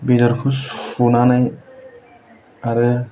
बेदरखौ सुनानै आरो